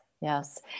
yes